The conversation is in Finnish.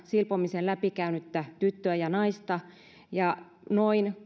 silpomisen läpikäynyttä tyttöä ja naista ja noin